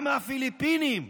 גם מהפיליפינים,